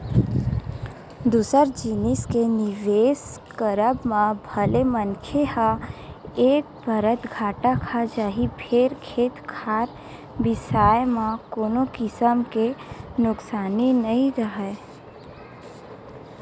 दूसर जिनिस के निवेस करब म भले मनखे ह एक पइत घाटा खा जाही फेर खेत खार बिसाए म कोनो किसम के नुकसानी नइ राहय